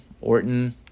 Orton